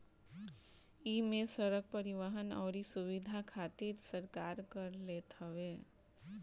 इमे सड़क, परिवहन अउरी सुविधा खातिर सरकार कर लेत हवे